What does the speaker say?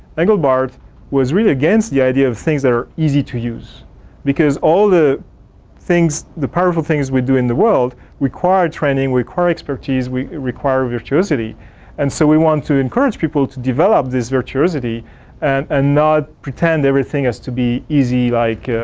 englebart was really against the idea of things that are easy to use because all the things the powerful things we do in the world require training, require expertise, require virtuosity and so we want to encourage people to develop this virtuosity and and not pretend everything has to be easy like,